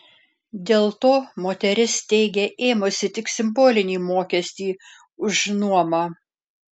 dėl to moteris teigia ėmusi tik simbolinį mokestį už nuomą